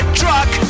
truck